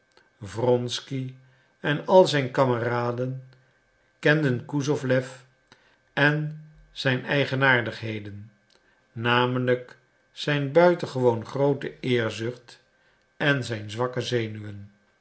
wronsky en al zijn kameraden kenden kusowlew en zijn eigenaardigheden namelijk zijn buitengewoon groote eerzucht en zijn zwakke zenuwen